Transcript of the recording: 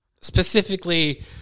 Specifically